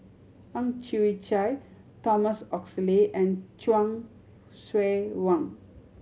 Ang Chwee Chai Thomas Oxley and Chuang Hsueh Fang